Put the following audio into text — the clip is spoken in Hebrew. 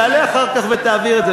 תעלה אחר כך ותעביר את זה,